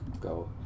go